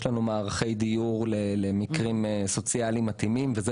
יש לי מערכי דיור למקרים סוציאליים מתאימים וזה